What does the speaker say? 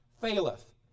faileth